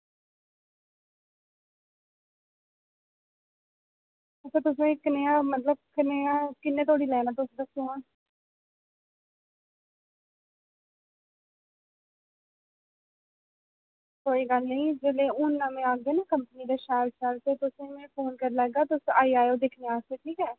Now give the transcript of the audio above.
ते तुसें ई कनेहा मतलब कनेहा किन्ने धोड़ी लैना तुस दस्सो हां कोई गल्ल निं जेल्लै हून नमें औङन ना कंपनी दे शैल शैल ते तुसें में फोन करी लैगा तुस आई जाएओ दिक्खने गी ठीक ऐ